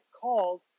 calls